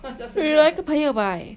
你哪一个朋友买